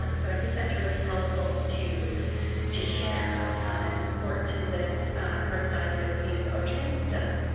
um so i think that's really helpful to to share that it's important to lift current diagnosis or symptoms.